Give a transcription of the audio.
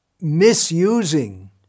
Misusing